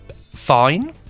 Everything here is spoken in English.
fine